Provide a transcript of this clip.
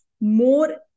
more